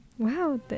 Wow